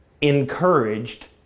encouraged